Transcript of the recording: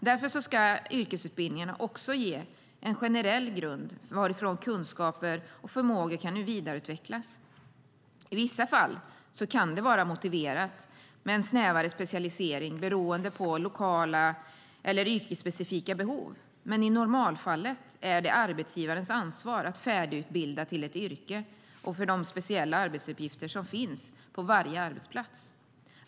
Därför ska yrkesutbildningarna också ge en generell grund varifrån kunskaper och förmågor kan vidareutvecklas. I vissa fall kan det vara motiverat med en snävare specialisering beroende på lokala eller yrkesspecifika behov, men i normalfallet är det arbetsgivarens ansvar att färdigutbilda till ett yrke och för de speciella arbetsuppgifter som finns på varje arbetsplats.